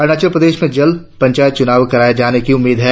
अरुणाचल प्रदेश में जल्द पंचायत चुनाव कराए जाने की उम्मीद है